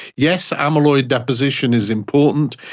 yes, amyloid deposition is important.